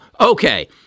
Okay